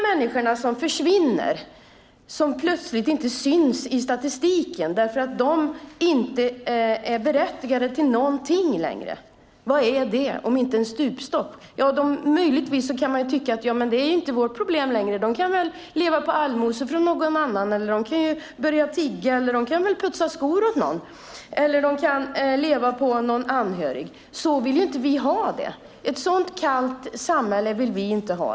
Människor försvinner och syns plötsligt inte i statistiken eftersom de inte är berättigade till någonting längre. Vad är det, om inte en stupstock? Man kan möjligen tycka att det inte är vårt problem. De kan väl leva på allmosor, tigga, putsa skor åt någon eller leva på någon anhörig. Så vill inte vi ha det. Ett sådant kallt samhälle vill vi inte ha.